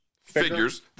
Figures